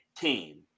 team